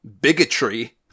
bigotry